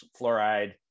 fluoride